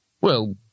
well